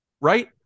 Right